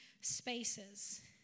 spaces